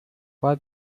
why